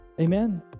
Amen